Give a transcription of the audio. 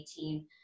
2018